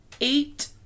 eight